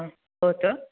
आं वदतु